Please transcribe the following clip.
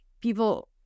people